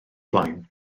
blaen